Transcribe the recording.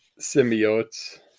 symbiotes